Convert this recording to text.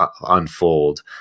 unfold